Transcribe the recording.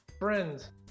Friends